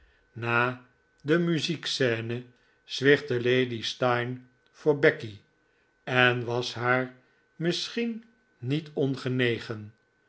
na de muziekscene zwichtte lady steyne voor becky en was haar misschien niet ongenegen